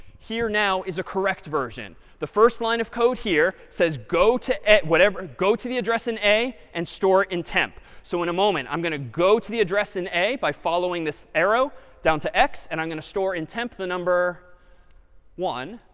here now is a correct version. the first line of code here says go to whatever go to the address in a and store it in temp. so in a moment i'm going to go to the address in a by following this arrow down to x. and i'm going to store in temp the number one.